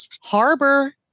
harbor